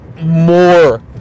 more